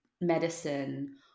medicine